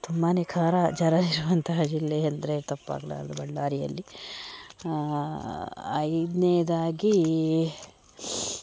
ತುಂಬಾ ಖಾರ ಜರ ಇರುವಂತಹ ಜಿಲ್ಲೆ ಅಂದರೆ ತಪ್ಪಾಗಲಾರ್ದು ಬಳ್ಳಾರಿಯಲ್ಲಿ ಐದನೇದಾಗಿ